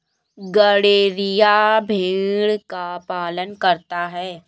गड़ेरिया भेड़ का पालन करता है